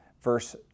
verse